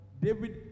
David